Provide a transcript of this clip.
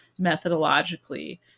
methodologically